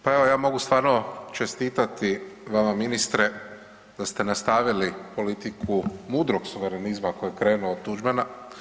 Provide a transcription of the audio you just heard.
Pa evo ja mogu stvarno čestitati vama, ministre, da ste nastavili politiku mudrog suverenizma koji je krenuo od Tuđmana.